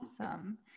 awesome